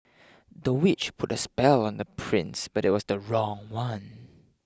the witch put a spell on the prince but it was the wrong one